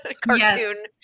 cartoon